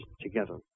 together